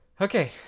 Okay